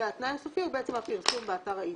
והתנאי הסופי הוא הפרסום באתר האינטרנט.